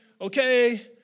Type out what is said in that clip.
Okay